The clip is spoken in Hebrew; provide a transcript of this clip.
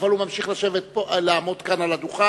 אבל הוא ממשיך לעמוד כאן על הדוכן,